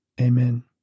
Amen